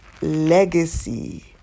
legacy